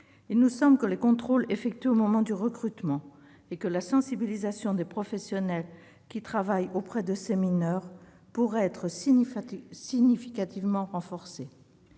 Il nous semble que les contrôles effectués au moment du recrutement et la sensibilisation des professionnels qui travaillent auprès de ces mineurs pourraient être significativement renforcés.